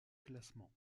classement